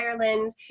Ireland